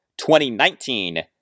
2019